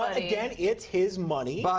again, it's his money.